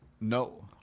No